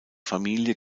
familie